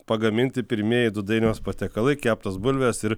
pagaminti pirmieji du dainiaus patiekalai keptos bulvės ir